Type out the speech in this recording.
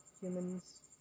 humans